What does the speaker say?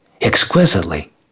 exquisitely